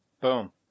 Boom